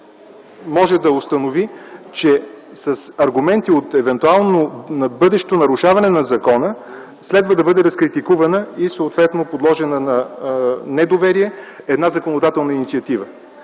може да установи, че с аргументи от евентуално бъдещо нарушаване на закона следва да бъде разкритикувана и съответно подложена на недоверие една законодателна инициатива.